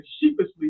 sheepishly